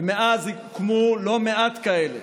ומאז הוקמו לא מעט כאלה.